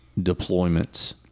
deployments